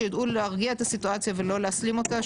שידעו להרגיע את הסיטואציה ולא להסלים אותה,